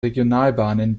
regionalbahnen